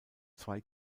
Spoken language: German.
zwei